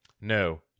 no